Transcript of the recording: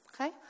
okay